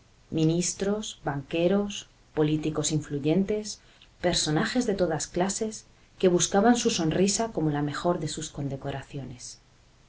ministros banqueros políticos influyentes personajes de todas clases que buscaban su sonrisa como la mejor de sus condecoraciones